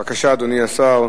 בבקשה, אדוני השר.